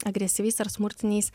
agresyviais ar smurtiniais